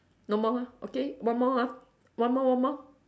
no more ah okay one more ah one more one more